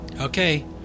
Okay